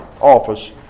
office